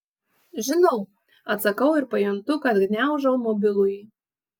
žinau atsakau ir pajuntu kad gniaužau mobilųjį